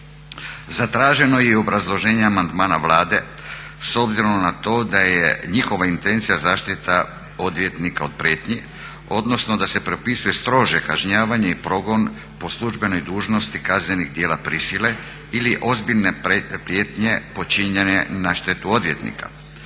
Zatraženo je i obrazloženje amandmana Vlade s obzirom na to da je njihova intencija zaštita odvjetnika od prijetnji, odnosno da se propisuje strože kažnjavanje i progon po službenoj dužnosti kaznenih djela prisile ili ozbiljne prijetnje počinjene na štetu odvjetnika.